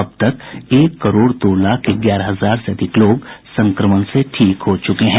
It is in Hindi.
अब तक एक करोड़ दो लाख ग्यारह हजार से अधिक लोग संक्रमण से ठीक हो चुके हैं